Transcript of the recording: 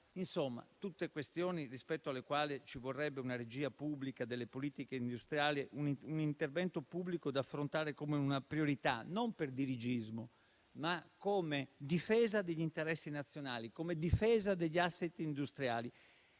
Insomma, sono tutte questioni rispetto alle quali ci vorrebbe una regia pubblica delle politiche industriali, un intervento da affrontare come una priorità, non per dirigismo, ma come difesa degli interessi nazionali, come difesa degli *asset* industriali.